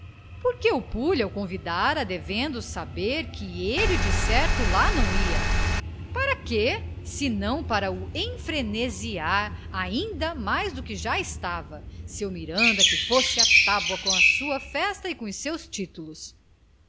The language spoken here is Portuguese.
que o pulha o convidara devendo saber que ele decerto lá não ia para que se não para o enfrenesiar ainda mais do que já estava seu miranda que fosse à tábua com a sua festa e com os seus títulos